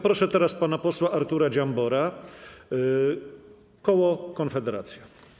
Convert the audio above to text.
Proszę teraz pana posła Artura Dziambora, koło Konfederacja.